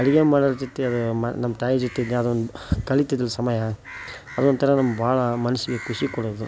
ಅಡುಗೆ ಮಾಡೋರ ಜೊತೆ ಅದು ನಮ್ಮ ತಾಯಿ ಜೊತೆಗೆ ಅದೊಂದು ಕಳಿತಿದ್ದ ಸಮಯ ಅದೊಂಥರ ನಮ್ಮ ಭಾಳಾ ಮನಸಿಗೆ ಖುಷಿ ಕೊಡೋದು